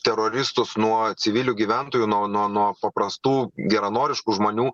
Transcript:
teroristus nuo civilių gyventojų nuo nuo nuo paprastų geranoriškų žmonių